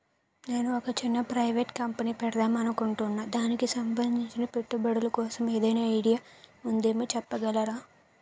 నేను ఒక చిన్న ప్రైవేట్ కంపెనీ పెడదాం అనుకుంటున్నా దానికి సంబందించిన పెట్టుబడులు కోసం ఏదైనా ఐడియా ఉందేమో చెప్పగలరా?